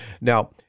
Now